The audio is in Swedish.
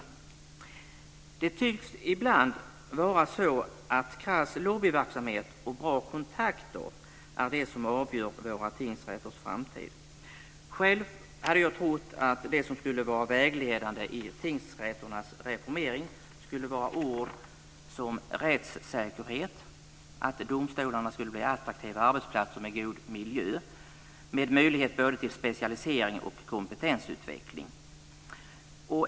Det tycks ibland vara så att krass lobbyverksamhet och bra kontakter är det som avgör våra tingsrätters framtid. Själv hade jag trott att det som skulle vara vägledande vid tingsrätternas reformering skulle vara rättssäkerhet och att domstolarna skulle bli attraktiva arbetsplatser med god miljö och med möjlighet till både specialisering och kompetensutveckling.